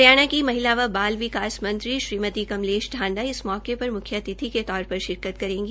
हरियाणा की महिला व बाल विकास मंत्री श्रीमती कमलेश ांडा इस मौके पर म्ख्य अतिथि के तौर पर शिरकत करेगी